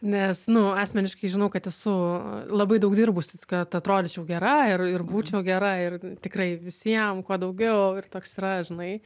nes nu asmeniškai žinau kad esu labai daug dirbusi kad atrodyčiau gera ir ir būčiau gera ir tikrai visiem kuo daugiau ir toks yra žinai